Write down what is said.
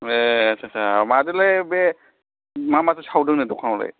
ए आच्चा सा माबालै बे मा माथो सावदों दखानावलाय